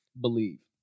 believe